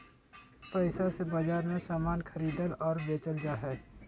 पैसा से बाजार मे समान खरीदल और बेचल जा हय